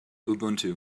ubuntu